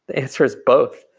answers both.